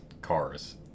cars